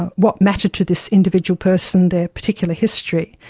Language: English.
what mattered to this individual person, their particular history.